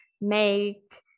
make